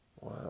Wow